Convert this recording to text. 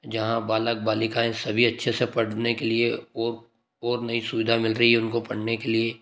जहाँ बालक बलिकाएं सभी अच्छे से पढ़ने के लिए वो वो नई सुविधा मिल रही है उनको पढ़ने के लिए